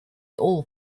all